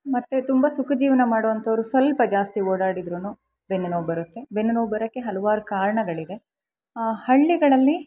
ಮತ್ತೆ ತುಂಬ ಸುಖ ಜೀವನ ಮಾಡೋ ಅಂಥವರು ಸ್ವಲ್ಪ ಜಾಸ್ತಿ ಓಡಾಡಿದ್ರೂ ಬೆನ್ನು ನೋವು ಬರುತ್ತೆ ಬೆನ್ನು ನೋವು ಬರೋಕ್ಕೆ ಹಲವಾರು ಕಾರಣಗಳಿದೆ ಹಳ್ಳಿಗಳಲ್ಲಿ